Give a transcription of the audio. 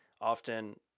often